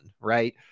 right